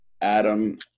Adam